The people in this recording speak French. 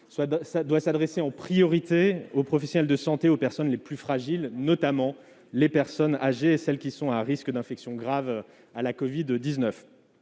devait s'adresser en priorité aux professionnels de santé et aux personnes les plus fragiles, notamment les personnes âgées et celles qui présentent un risque d'infection grave par la covid-19.